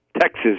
Texas